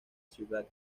ciudad